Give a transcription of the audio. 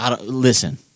Listen